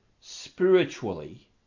spiritually